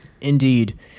Indeed